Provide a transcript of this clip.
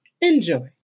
Enjoy